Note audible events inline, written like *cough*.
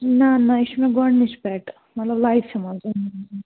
نَہ نَہ یہِ چھِ مےٚ گۄڈٕنِچ پیٚٹ مطلب لایفہِ مَنٛز *unintelligible*